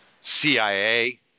CIA